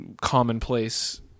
commonplace